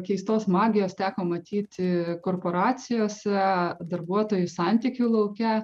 keistos magijos teko matyti korporacijose darbuotojų santykių lauke